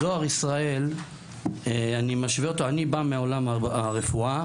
אני בא מעולם הרפואה.